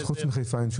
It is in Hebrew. אז חוץ מחיפה אין?